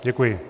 Děkuji.